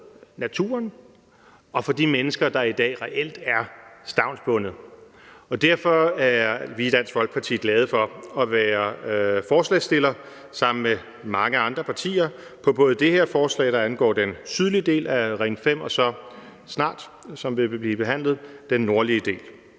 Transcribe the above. naturen og for de mennesker, der i dag reelt er stavnsbundet. Derfor er vi i Dansk Folkeparti glade for sammen med mange andre partier at være forslagsstillere til både det her forslag, der angår den sydlige del af Ring 5, og forslaget om den nordlige del,